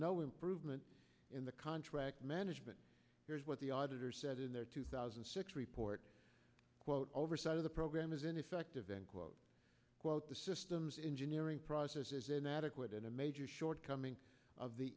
no improvement in the contract management here's what the auditors said in their two thousand and six report quote oversight of the program is ineffective and quote unquote the systems engineering process is inadequate in a major shortcoming of the